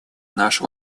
наш